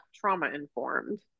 trauma-informed